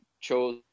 chose